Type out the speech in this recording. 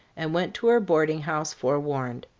and went to her boarding house forewarned.